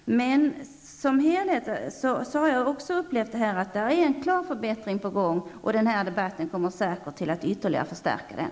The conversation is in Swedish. Men som helhet har jag upplevt att en klar förbättring är på gång, och den här debatten kommer säkert att ytterligare förstärka den.